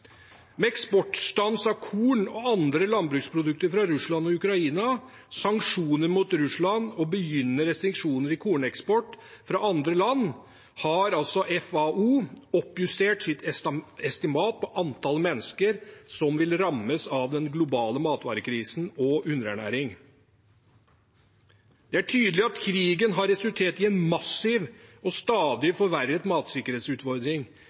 Med eksportstans av korn og andre landbruksprodukter fra Russland og Ukraina, sanksjoner mot Russland og begynnende restriksjoner i korneksport fra andre land har altså FAO oppjustert sitt estimat på antall mennesker som vil rammes av den globale matvarekrisen og underernæring. Det er tydelig at krigen har resultert i en massiv og stadig forverret matsikkerhetsutfordring.